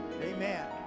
Amen